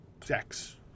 sex